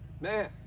man